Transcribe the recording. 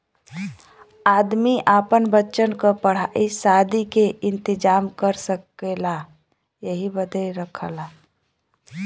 आदमी आपन बच्चन क पढ़ाई सादी के इम्तेजाम कर सकेला यही बदे रखला